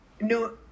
no